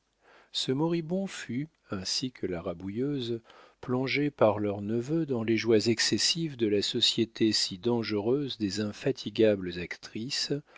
ce moribond fut ainsi que la rabouilleuse plongé par leur neveu dans les joies excessives de la société si dangereuse des infatigables actrices